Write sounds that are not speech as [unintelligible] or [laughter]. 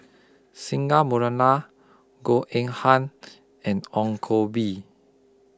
Singai [unintelligible] Goh Eng Han [noise] and Ong Koh Bee